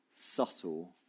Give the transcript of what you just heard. subtle